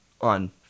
on